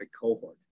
cohort